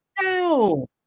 No